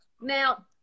Now